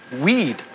weed